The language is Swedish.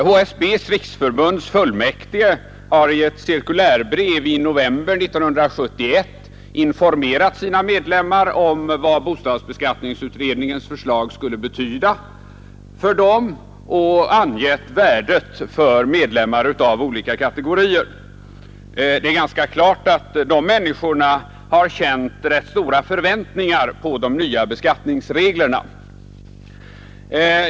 HSB:s: riksförbunds fullmäktige har i ett cirkulärbrev i november 1971 informerat sina medlemmar om vad bostadsbeskattningsutredningens förslag skulle betyda för dem och angett värdet för medlemmar av olika kategorier. Det är ganska klart att dessa människor har haft rätt stora förväntningar på de nya beskattningsreglerna.